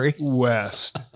west